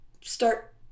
start